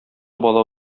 бала